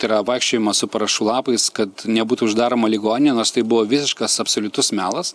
tai yra vaikščiojimas su parašų lapais kad nebūtų uždaroma ligoninė nors tai buvo visiškas absoliutus melas